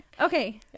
Okay